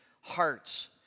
hearts